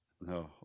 No